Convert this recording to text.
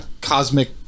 cosmic